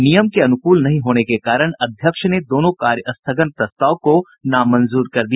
नियम के अनुकूल नहीं होने के कारण अध्यक्ष ने दोनों कार्य स्थगन प्रस्ताव को नामंजूर कर दिया